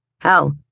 Hell